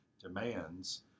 demands